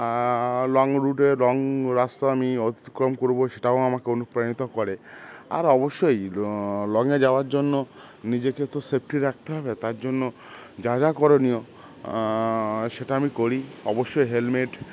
long রুটে long রাস্তা আমি অতিক্রম করবো সেটাও আমাকে অনুপ্রাণিত করে আর অবশ্যই লঙে যাওয়ার জন্য নিজেকে তো সেফটি রাখতে হবে তার জন্য জায়গা করণীয় সেটা আমি করি অবশ্যই হেলমেট